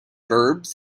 verbs